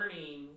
learning